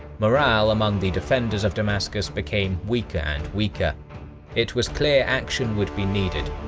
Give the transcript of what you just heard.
morale among the defenders of damascus became weaker and weaker it was clear action would be needed.